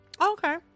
Okay